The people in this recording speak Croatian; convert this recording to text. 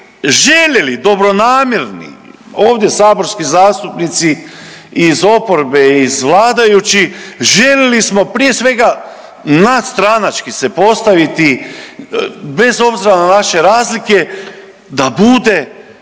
željeli dobronamjerni ovdje saborski zastupnici iz oporbe iz vladajućih željeli smo prije svega nadstranački se postaviti bez obzira na naše razlike da bude